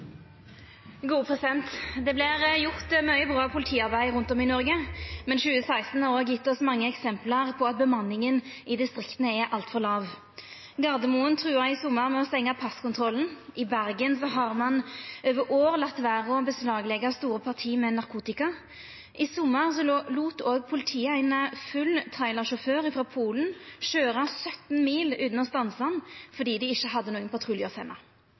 at bemanninga i distrikta er altfor låg. Gardermoen trua i sommar med å stengja passkontrollen. I Bergen har ein over år latt vera å beslagleggja store parti med narkotika. I sommar lét òg politiet ein full trailersjåfør frå Polen køyra 17 mil utan å stansa han, fordi dei ikkje hadde nokon